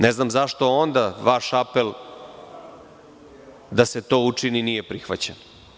Ne znam zašto onda vaš apel da se to učini nije prihvaćen?